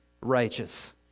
righteous